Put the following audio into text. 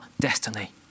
destiny